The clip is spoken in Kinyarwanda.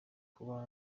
kuba